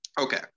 Okay